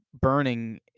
burning